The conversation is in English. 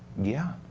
yeah,